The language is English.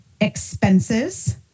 Expenses